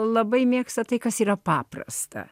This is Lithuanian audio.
labai mėgsta tai kas yra paprasta